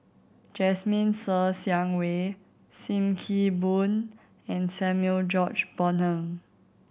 Jasmine Ser Xiang Wei Sim Kee Boon and Samuel George Bonham